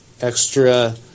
extra